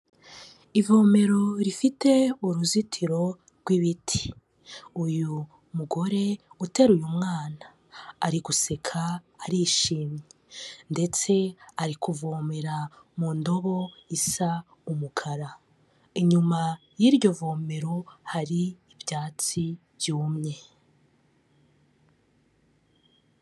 Ivomero rifite uruzitiro rw'ibiti, uyu mugore uteru umwana ari guseka arishimye ndetse ari kuvomera mu ndobo isa umukara. Inyuma y'iryovomero hari ibyatsi byumye.